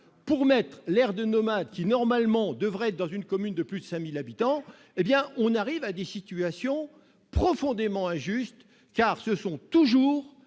d'une aire de nomades, qui normalement devrait se situer dans une commune de plus de 5 000 habitants -, on aboutit à des situations profondément injustes, car ce sont toujours